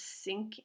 sink